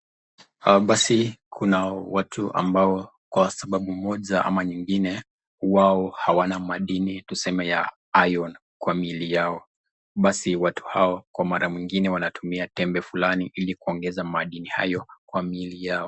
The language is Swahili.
Hapa basi kuna watu ambao kwa sababu moja ama nyingine, wao hawana madini tuseme ya (cs)iron(cs) katika mili yao. Basi watu hao kwa mara nyingine wanatumia tembe fulani ili kuongezea madini hayo kwa mili yao.